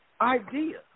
idea